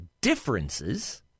differences